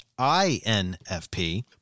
INFP